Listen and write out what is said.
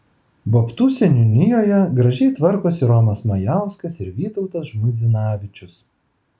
babtų seniūnijoje gražiai tvarkosi romas majauskas ir vytautas žmuidzinavičius